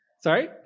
Sorry